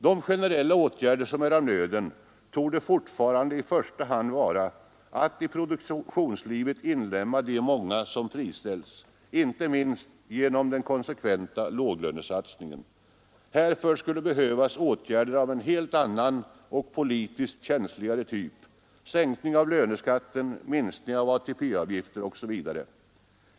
De generella åtgärder som är av nöden torde fortfarande i första hand vara att i produktionslivet inlemma de många som friställts, inte minst genom den konsekventa låglönesatsningen. Härför skulle behövas åtgärder av en helt annan och politiskt känsligare typ; sänkning av löneskatten, minskning av ATP-avgifter osv.